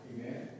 Amen